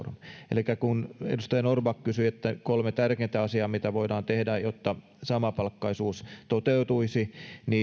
elikkä kun edustaja norrback kysyi mitkä ovat kolme tärkeintä asiaa mitä voidaan tehdä jotta samapalkkaisuus toteutuisi